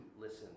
listen